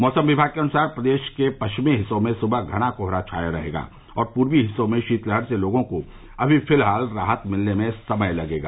मौसम विभाग के अनुसार प्रदेश के परिचमी हिस्सों में सुबह घना कोहरा छाया रहेगा और पूर्वी हिस्सों में शीतलहर से लोगों को अभी फिलहाल राहत मिलने में समय लगेगा